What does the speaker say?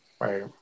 Right